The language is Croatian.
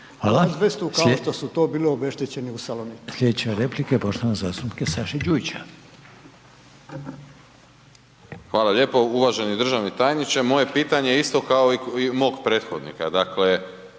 Hvala. Sljedeća replika je poštovanog zastupnika Saše Đujića. **Đujić, Saša (SDP)** Uvaženi državni tajniče. Moje pitanje je isto kao i mog prethodnika. Dakle,